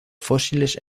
fósiles